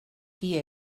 qui